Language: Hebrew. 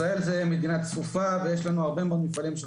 ישראל זו מדינה צפופה ויש לנו הרבה מאוד מפעלים של